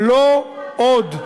ובג"ץ אמר, לא עוד.